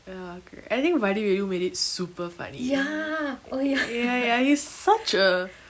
ya I think vadivelu made it super funny ya ya he's such a